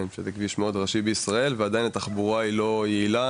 שזה כביש מאוד ראשי בישראל ועדיין התחבורה לא יעילה,